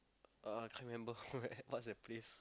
uh I can't remember where what's that place